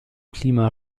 klima